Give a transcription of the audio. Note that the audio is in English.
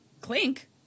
Clink